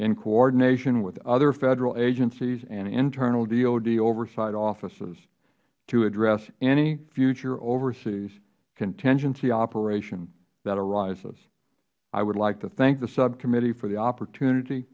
in coordination with other federal agencies and internal dod oversight offices to address any future overseas contingency operation that arises i would like to thank the subcommittee for the opportunity